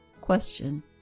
Question